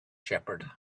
shepherd